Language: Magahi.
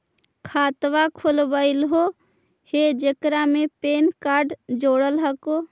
खातवा खोलवैलहो हे जेकरा मे पैन कार्ड जोड़ल हको?